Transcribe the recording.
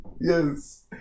yes